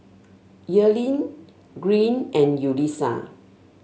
Earlene Green and Yulissa